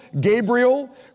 Gabriel